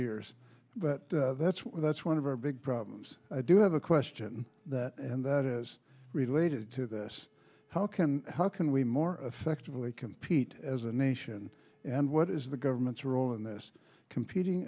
years but that's that's one of our big problems i do have a question and that is related to this how can how can we more effectively compete as a nation and what is the government's role in this competing